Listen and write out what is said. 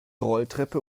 rolltreppe